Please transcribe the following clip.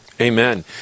Amen